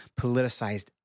politicized